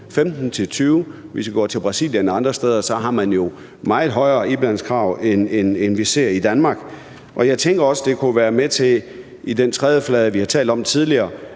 15-20 pct. Hvis vi går til Brasilien og andre steder, har man jo meget højere iblandingskrav, end vi ser i Danmark. Og jeg tænker også, det kunne være med til – i forhold til den trædeflade, vi har talt om tidligere,